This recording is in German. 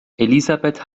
elisabeth